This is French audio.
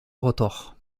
rotor